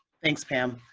thanks, pam.